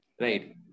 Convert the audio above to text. Right